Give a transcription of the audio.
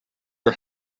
are